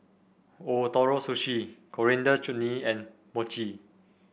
Ootoro Sushi Coriander Chutney and Mochi